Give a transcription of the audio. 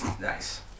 nice